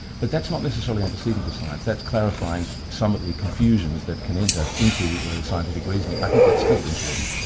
but that's not necessarily antecedent to science, that's clarifying some of the confusions that can enter into scientific reasoning. i think that's still important,